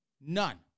none